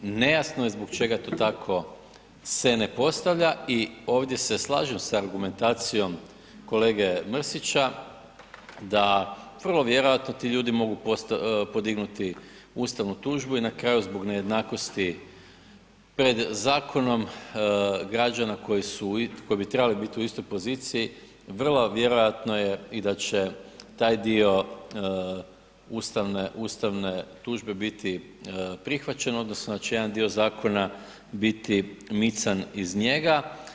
Nejasno je zbog čega to tako se ne postavlja i ovdje se slažem sa argumentacijom kolege Mrsića, da vrlo vjerojatno ti ljudi mogu podignuti ustavnu tužbu i na kraju zbog nejednakosti pred zakonom građana koji bi trebali biti u istoj poziciji, vrlo vjerojatno je da će i taj dio ustavne tužbe biti prihvaćen odnosno da će jedan dio zakona biti mican iz njega.